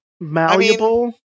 Malleable